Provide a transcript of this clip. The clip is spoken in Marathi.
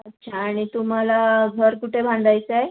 अच्छा आणि तुम्हाला घर कुठे बांधायचं आहे